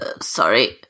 Sorry